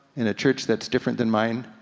in a church that's different than mine,